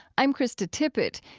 i'm krista tippett.